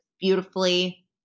beautifully